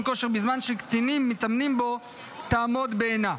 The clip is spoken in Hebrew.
כושר בזמן שקטינים מתאמנים בו תעמוד בעינה.